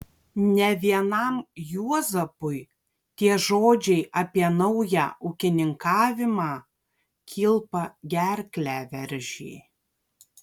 ne vienam juozapui tie žodžiai apie naują ūkininkavimą kilpa gerklę veržė